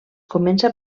comença